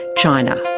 china.